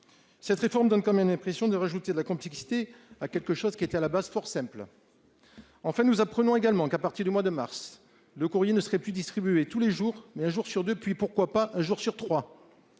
Cette réforme donne comme une impression de rajouter de la complexité à quelque chose qui était à la base, fort simple. En fait nous apprenons également qu'à partir du mois de mars. Le courrier ne serait plus distribué tous les jours, mais un jour sur deux, puis pourquoi pas un jour sur 3.